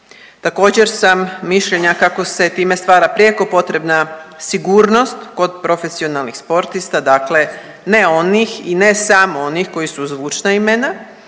Također sam mišljenja kako se time stvara prijeko potrebna sigurnost kod profesionalnih sportista, dakle ne onih i ne samo onih koji su zvučna imena